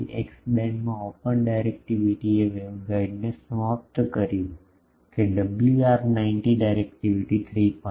તેથી એક્સ બેન્ડમાં ઓપન ડાયરેક્ટિવિટીએ વેગગાઇડને સમાપ્ત કર્યું કે ડબલ્યુઆર 90 ડાયરેક્ટિવિટી 3